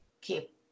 keep